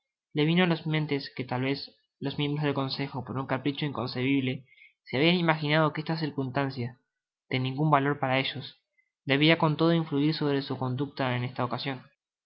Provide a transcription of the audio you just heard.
le vino á las mientes que tal vez los miembros del consejo por un capricho inconcebible se habian imaginado que esta circunstancia de ningun valor para ellos debia con todo influir sobre su conducta en esta ocasion